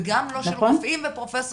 וגם לא של רופאים ופרופסורים